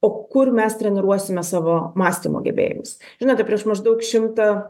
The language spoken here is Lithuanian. o kur mes treniruosime savo mąstymo gebėjimus žinote prieš maždaug šimtą